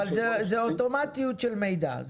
זאת אוטומטיות של מידע.